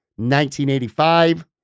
1985